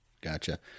gotcha